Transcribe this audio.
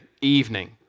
evening